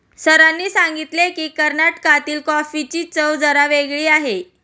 सरांनी सांगितले की, कर्नाटकातील कॉफीची चव जरा वेगळी आहे